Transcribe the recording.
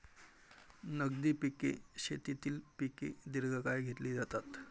नगदी पिके शेतीतील पिके दीर्घकाळ घेतली जातात